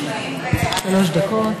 שלוש דקות.